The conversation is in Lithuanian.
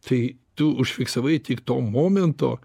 tai tu užfiksavai tik to momento